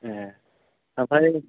ए ओमफ्राय